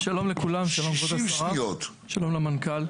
שלום לכולם, שלום לכבוד השרה, שלום למנכ"ל.